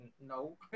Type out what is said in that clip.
no